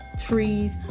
trees